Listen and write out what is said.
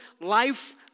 life